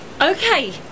Okay